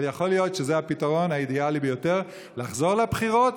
אבל יכול להיות שזה הפתרון האידיאלי ביותר: לחזור לבחירות,